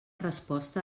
resposta